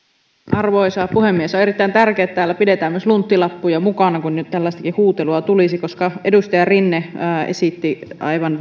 arvoisa puhemies on erittäin tärkeää että täällä pidetään myös lunttilappuja mukana kun nyt tällaistakin huutelua tulee koska edustaja rinne esitti aivan